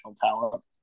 talent